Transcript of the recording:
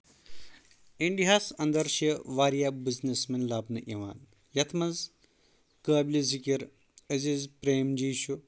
اِنڈیاہس اندر چھِ واریاہ بِزنس مین لَبنہٕ یِوان یتھ منٛز قٲبلہِ ذکر عزیٖز پریم جی چھُ